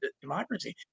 democracy